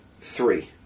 Three